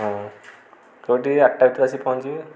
ହଁ ଆଠଟା ଭିତରେ ଆସିକି ପହଞ୍ଚିବେ